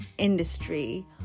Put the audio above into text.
industry